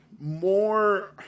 more